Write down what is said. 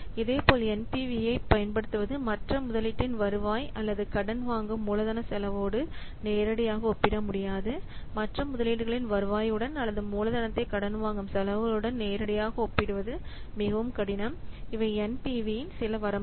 இதேபோல் NPV ஐப் பயன்படுத்துவது மற்ற முதலீட்டின் வருவாய் அல்லது கடன் வாங்கும் மூலதன செலவோடு நேரடியாக ஒப்பிடமுடியாது மற்ற முதலீடுகளின் வருவாயுடன் அல்லது மூலதனத்தை கடன் வாங்கும் செலவுகளுடன் நேரடியாக ஒப்பிடுவது மிகவும் கடினம் இவை NPV இன் சில வரம்புகள்